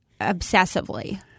obsessively